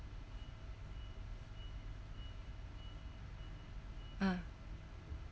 ah